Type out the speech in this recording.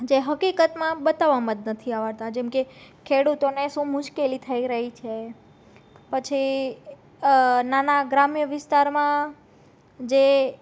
જે હકીકતમાં બતાવવામાં જ નથી આવતા જેમકે ખેડૂતોને શું મુશ્કેલી થઈ રહી છે પછી નાના ગ્રામ્ય વિસ્તારમાં જે